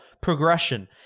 progression